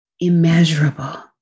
immeasurable